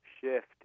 shift